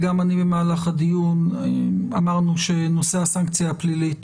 וגם אני במהלך הדיון, אמרנו שנושא הסנקציה הפלילית